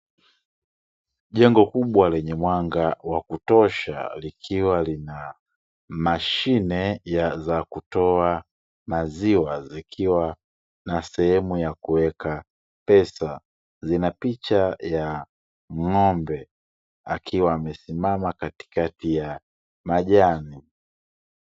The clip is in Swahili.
Jengo kubwa lenye mwanga wa kutosha, likiwa Lina mashine ya kutoa maziwa, zikiwa na sehemu ya kuweka pesa, zina picha ya ng'ombe akiwa amesimama katikati ya majani.